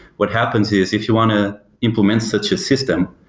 what happens is if you want to implement such a system,